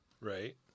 Right